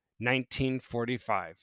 1945